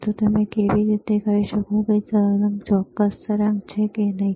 તો તમે કેવી રીતે કહી શકો કે તે ચોરસ તરંગ છે કે નહીં